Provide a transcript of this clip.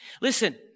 Listen